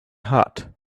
hot